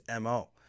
MO